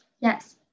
Yes